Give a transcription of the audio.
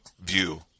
view